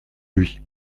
lui